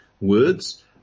Words